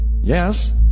Yes